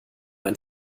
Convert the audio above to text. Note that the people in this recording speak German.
ein